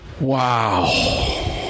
Wow